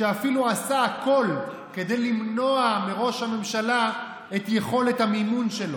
שאפילו עשה הכול כדי למנוע מראש הממשלה את יכולת המימון שלו.